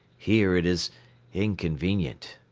here it is inconvenient.